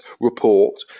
report